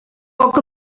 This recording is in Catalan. poc